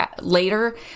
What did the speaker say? later